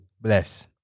Bless